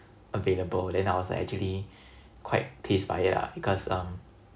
available then I was like actually quite pissed by it lah because um